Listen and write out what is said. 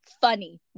funny